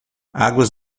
águas